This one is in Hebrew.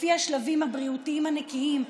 לפי השלבים הבריאותיים הנקיים,